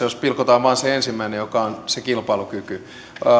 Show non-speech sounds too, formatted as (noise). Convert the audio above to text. (unintelligible) jos pilkotaan vain se ensimmäinen joka on se kilpailukyky